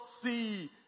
see